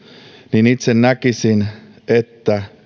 niin itse näkisin että